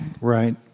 Right